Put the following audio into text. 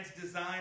design